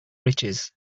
riches